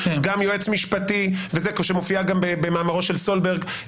גם יועץ משפטי שמופיע גם במאמרו של סולברג,